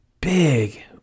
big